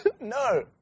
No